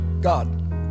god